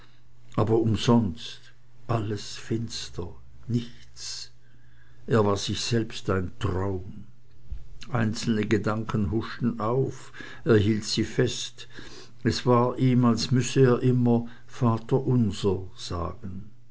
aber umsonst alles finster nichts er war sich selbst ein traum einzelne gedanken huschten auf er hielt sie fest es war ihm als müsse er immer vater unser sagen